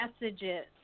Messages